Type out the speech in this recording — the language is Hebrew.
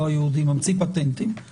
לא היהודי בסדר,